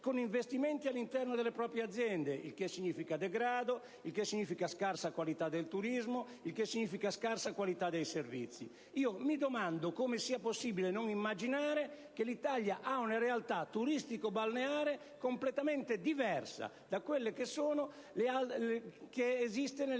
con investimenti all'interno delle proprie aziende. Il che significa degrado, scarsa qualità del turismo e dei servizi. Mi domando come sia possibile non immaginare che l'Italia ha una realtà turistico-balneare completamente diversa da quelle esistenti nelle